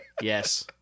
yes